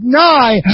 nigh